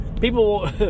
people